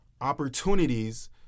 opportunities